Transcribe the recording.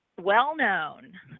well-known